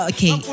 Okay